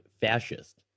fascist